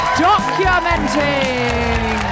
documenting